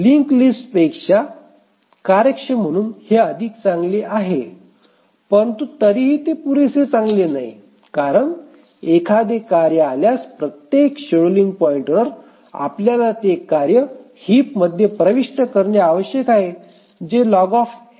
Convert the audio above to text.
linked list पेक्षा कार्यक्षम म्हणून हे अधिक चांगले आहे परंतु तरीही ते पुरेसे चांगले नाही कारण एखादे कार्य आल्यास प्रत्येक शेड्यूलिंग पॉईंटवर आपल्याला ते कार्य हिप मध्ये प्रविष्ट करणे आवश्यक आहे जे log n आहे